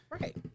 Right